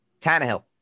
Tannehill